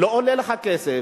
לא עולה לך כסף,